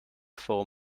for